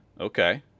Okay